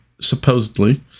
supposedly